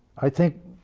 i think